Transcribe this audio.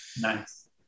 nice